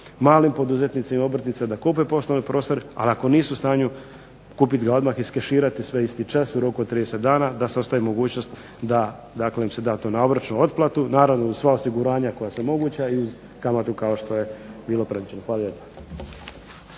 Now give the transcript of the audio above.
malim poduzetnicima i obrtnicima da kupe poslovni prostor, ali ako nisu u stanju kupiti ga odmah i iskeširati sve isti čas u roku od 30 dana da se ostavi mogućnost da dakle im se da to na obročnu otplatu. Naravno, uz sva osiguranja koja su moguća i uz kamatu kao što je bilo predviđeno. Hvala lijepa.